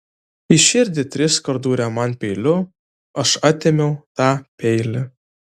į širdį triskart dūrė man peiliu aš atėmiau tą peilį